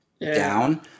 down